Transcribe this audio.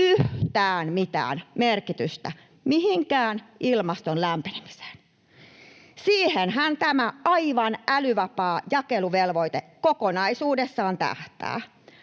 yhtään mitään merkitystä millekään ilmaston lämpenemiselle. Siihenhän tämä aivan älyvapaa jakeluvelvoite kokonaisuudessaan tähtää,